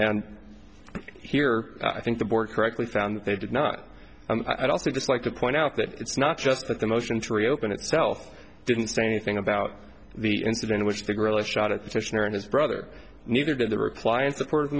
and here i think the board correctly found that they did not i don't see just like to point out that it's not just that the motion to reopen itself didn't say anything about the incident in which the gorilla shot at the fish and his brother neither did the reply in support of